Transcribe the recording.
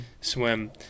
swim